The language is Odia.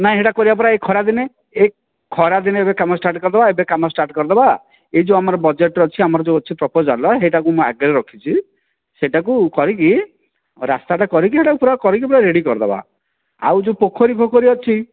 ନାଇଁ ଏଇଟା କରିବା ପରା ଏଇ ଖରା ଦିନେ ଏଇ ଖରା ଦିନେ ଏବେ କାମ ଷ୍ଟାର୍ଟ କରିଦେବା ଏବେ କାମ ଷ୍ଟାର୍ଟ କରିଦେବା ଏ ଯେଉଁ ଆମର ବଜେଟ ଅଛି ଆମର ଯେଉଁ ଅଛି ପ୍ରପୋଜାଲ ସେଇଟାକୁ ମୁଁ ଆଗରେ ରଖିଛି ସେଟାକୁ କହିକି ରାସ୍ତାଟା କରିକି ସେଟାକୁ କରିକି ପୁରା ରେଡ଼ି କରିଦେବା ଆଉ ଯେଉଁ ପୋଖରୀ ଫୋଖରୀ ଅଛି